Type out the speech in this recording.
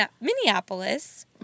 Minneapolis